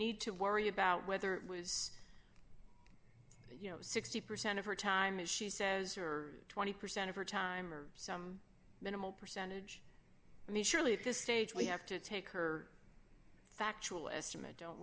need to worry about whether it was you know sixty percent of her time as she says or twenty percent of her time or some minimal percentage i mean surely at this stage we have to take her factual estimate